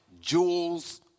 Jewels